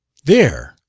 there!